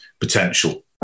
potential